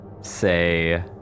say